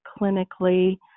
clinically